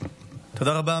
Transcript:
תודה רבה.